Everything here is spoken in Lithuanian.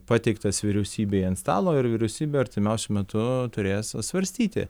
pateiktas vyriausybei ant stalo ir vyriausybė artimiausiu metu turės svarstyti